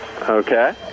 Okay